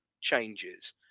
changes